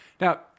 Now